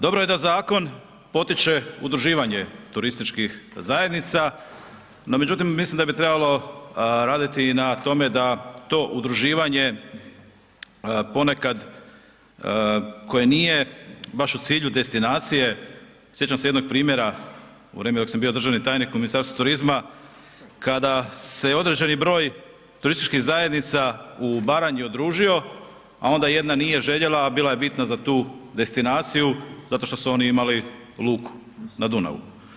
Dobro je da zakon potiče udruživanje turističkih zajednica, no međutim mislim da bi trebalo raditi i na tome da to udruživanje ponekad koje nije baš u cilju destinacije, sjećam se jednog primjera u vrijeme dok sam bio državni tajnik u Ministarstvu turizma kada se određeni broj turističkih zajednica u Baranji udružio a onda jedna nije željela a bila je bitna za tu destinaciju zato što su oni imali luku na Dunavu.